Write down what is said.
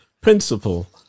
principle